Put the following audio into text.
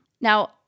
Now